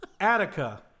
Attica